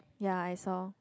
ya I saw